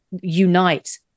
unite